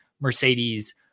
mercedes